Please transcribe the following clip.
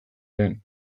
lehen